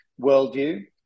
worldview